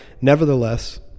nevertheless